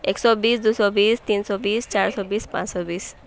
ایک سو بیس دو سو بیس تین سو بیس چار سو بیس پانچ سو بیس